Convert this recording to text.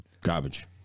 Garbage